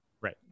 Right